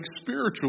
spiritual